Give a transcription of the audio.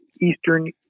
Eastern